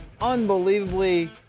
unbelievably